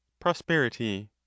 prosperity